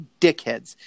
dickheads